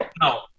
No